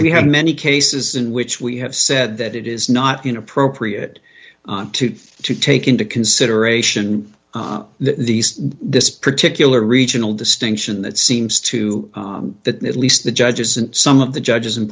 we have many cases in which we have said that it is not unit propre it to take into consideration these this particular regional distinction that seems to the least the judges and some of the judges in